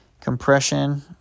compression